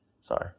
Sorry